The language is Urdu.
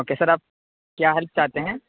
اوکے سر آپ کیا ہیلپ چاہتے ہیں